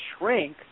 shrink